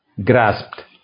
grasped